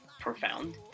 profound